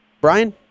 Brian